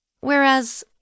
whereas